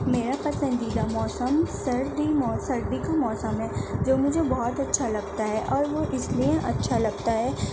میرا پسندیدہ موسم سردی موسم سردی کا موسم ہے جو مجھے بہت اچھا لگتا ہے اور وہ اِس لئے اچھا لگتا ہے